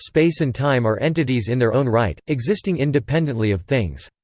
space and time are entities in their own right, existing independently of things.